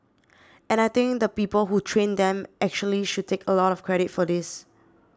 and I think the people who trained them actually should take a lot of credit for this